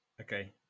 Okay